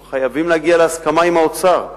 אנחנו חייבים להגיע להסכמה עם האוצר,